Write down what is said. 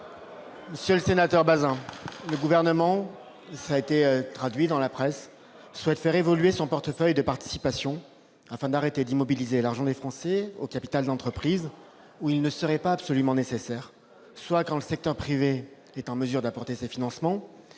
Monsieur le sénateur Arnaud Bazin, le Gouvernement- la presse s'en est fait l'écho -souhaite faire évoluer son portefeuille de participations, afin d'arrêter d'immobiliser l'argent des Français au capital d'entreprises où il n'est pas absolument nécessaire, donc là où le secteur privé est en mesure d'apporter ses financements